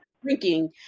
drinking